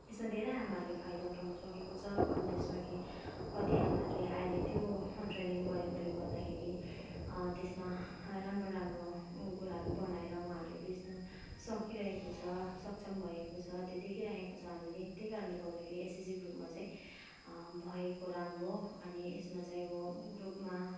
यसमा धेरै आमाहरूले फाइदा उठाउनु सकेको छ अन्त यसमा केही कति आमाहरूले अहिले त्यो ट्रेनिङ गरेकोले गर्दाखेरि त्यसमा राम्रो राम्रो कुराहरू बनाएर उहाँहरूले बेच्नु सकिरहेको छ सक्षम भएको छ त्यो देखिरहेको छ हामीले त्यही कारणले गर्दाखेरि एसएसजी ग्रुपमा चाहिँ भएको राम्रो अनि यसमा चाहिँ अब ग्रुपमा